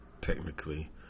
technically